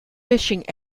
fishing